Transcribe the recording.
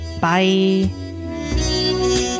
Bye